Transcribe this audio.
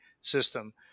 system